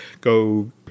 go –